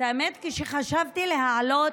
האמת היא שכשחשבתי להעלות